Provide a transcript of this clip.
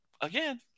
again